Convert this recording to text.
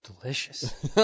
Delicious